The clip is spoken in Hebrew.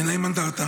אין להם אנדרטה.